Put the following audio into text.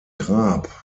grab